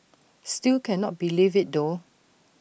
still cannot believe IT though